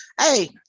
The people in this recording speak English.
Hey